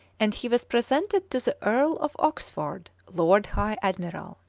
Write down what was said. and he was presented to the earl of oxford, lord high admiral.